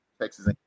Texas